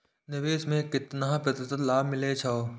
निवेश में केतना प्रतिशत लाभ मिले छै?